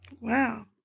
Wow